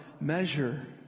measure